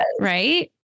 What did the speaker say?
Right